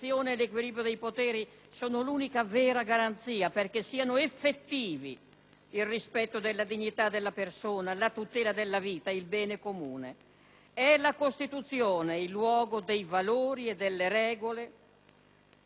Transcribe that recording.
il rispetto della dignità della persona, la tutela della vita, il bene comune. È la Costituzione il luogo dei valori e delle regole assunte con il patto degli italiani, e degli spazi riconosciuti ai soggetti: